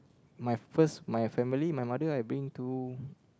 my first my family my mother I bring to